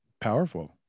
Powerful